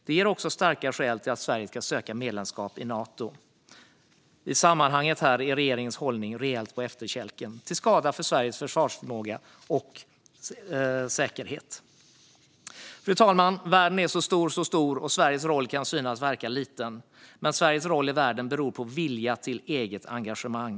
Det ger också starka skäl till att Sverige ska söka medlemskap i Nato. I det här sammanhanget är regeringens hållning rejält på efterkälken, till skada för Sveriges försvarsförmåga och säkerhet. Fru talman! Världen är så stor, så stor, och Sveriges roll kan synas liten. Men Sveriges roll i världen beror på viljan till eget engagemang.